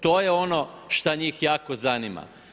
To je ono što njih jako zanima.